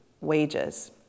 wages